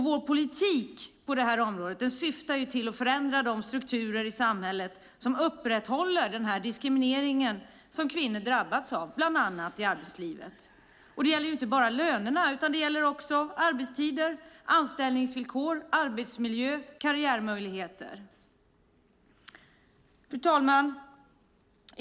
Vår politik på området syftar till att förändra de strukturer i samhället som upprätthåller den diskriminering som kvinnor drabbas av, bland annat i arbetslivet. Det gäller inte bara lönerna utan också arbetstider, anställningsvillkor, arbetsmiljö och karriärmöjligheter. Fru talman!